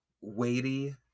weighty